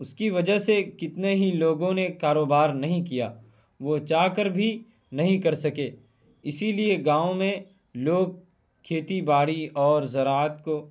اس کی وجہ سے کتنے ہی لوگوں نے کاروبار نہیں کیا وہ چاہ کر بھی نہیں کر سکے اسی لیے گاؤں میں لوگ کھیتی باڑی اور زراعت کو